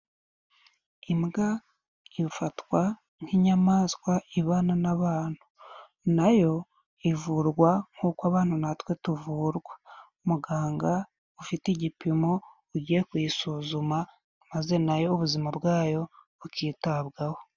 Imbwa ifatwa nk'inyamaswa ibana n'abantu, nayo ivurwa nk'uko abantu natwe tuvurwa, muganga ufite igipimo ugiye kuyisuzuma maze nayo ubuzima bwayo bukitabwaho.